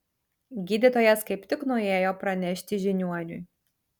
gydytojas kaip tik nuėjo pranešti žiniuoniui